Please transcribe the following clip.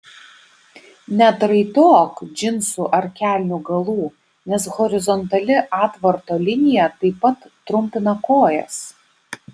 neatraitok džinsų ar kelnių galų nes horizontali atvarto linija taip pat trumpina kojas